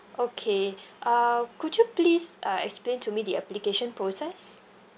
okay uh could you please uh explain to me the application process